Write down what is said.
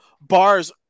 bars